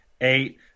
eight